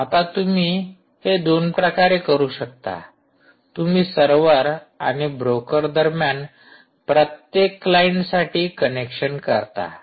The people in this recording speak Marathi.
आता तुम्ही हे दोन प्रकारे करू शकता तुम्ही सर्वर आणि ब्रोकर दरम्यान प्रत्येक क्लाइंटसाठी कनेक्शन करता